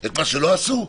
את מה שלא עשו?